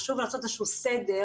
איזשהו סדר